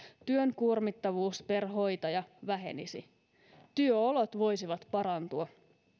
työn kuormittavuus per hoitaja vähenisi työolot voisivat parantua